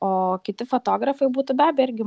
o kiti fotografai būtų be abejo irgi